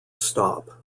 stop